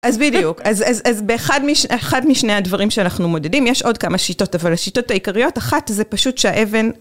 אז בדיוק, אז באחד אחד משני הדברים שאנחנו מודדים יש עוד כמה שיטות אבל השיטות העיקריות אחת זה פשוט שהאבן